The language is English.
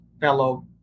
fellow